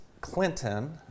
Clinton